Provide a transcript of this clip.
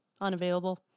Unavailable